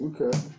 Okay